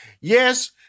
yes